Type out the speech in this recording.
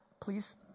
please